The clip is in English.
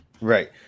Right